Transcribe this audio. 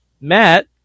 Matt